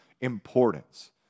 importance